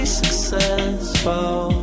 successful